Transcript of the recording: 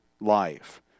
life